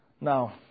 now